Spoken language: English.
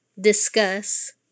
discuss